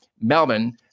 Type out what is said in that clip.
Melbourne